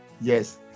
yes